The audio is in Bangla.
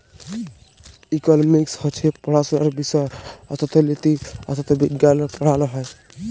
ইকলমিক্স হছে পড়াশুলার বিষয় অথ্থলিতি, অথ্থবিজ্ঞাল পড়াল হ্যয়